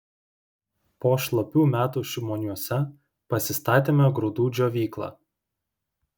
po šlapių metų šimoniuose pasistatėme grūdų džiovyklą